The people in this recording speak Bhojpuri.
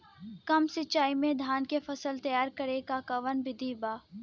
कम सिचाई में धान के फसल तैयार करे क कवन बिधि बा?